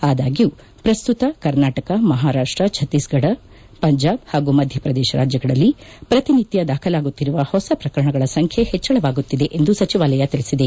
ಆದಾಗ್ಯೂ ಪ್ರಸ್ತುತ ಕರ್ನಾಟಕ ಮಹಾರಾಷ್ಟ ಛತ್ತೀಸ್ಗಢ್ ಪಂಜಾಬ್ ಹಾಗೂ ಮಧ್ಯ ಪ್ರದೇಶ ರಾಜ್ಯಗಳಲ್ಲಿ ಪ್ರತಿನಿತ್ಯ ದಾಖಲಾಗುತ್ತಿರುವ ಹೊಸ ಪ್ರಕರಣಗಳ ಸಂಖ್ಯೆ ಹೆಚ್ಚಳವಾಗತ್ತಿದೆ ಎಂದು ಸಚಿವಾಲಯ ತಿಳಿಸಿದೆ